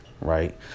right